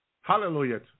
Hallelujah